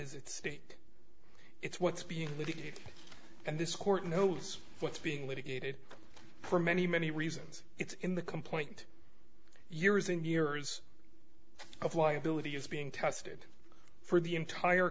is its state it's what's being litigated and this court knows what's being litigated for many many reasons it's in the complaint years and years of liability is being tested for the entire